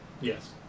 Yes